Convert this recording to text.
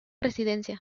residencia